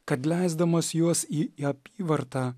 kad leisdamas juos į apyvartą